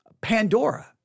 Pandora